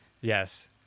Yes